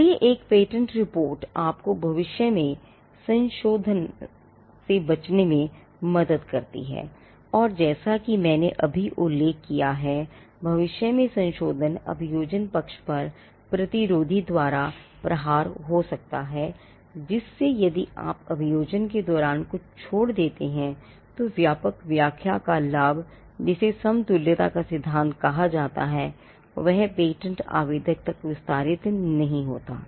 इसलिए एक patent report आपको भविष्य में संशोधन से बचने में मदद कर सकती है और जैसा कि मैंने अभी उल्लेख किया है भविष्य में संशोधन अभियोजन पक्ष पर प्रतिरोधी द्वारा प्रहार हो सकता है जिससे यदि आप अभियोजन के दौरान कुछ छोड़ देते हैं तो व्यापक व्याख्या का लाभ जिसे समतुल्यता का सिद्धांत कहा जाता हैवह पेटेंट आवेदक तक नहीं विस्तारित होगा